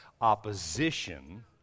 opposition